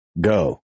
go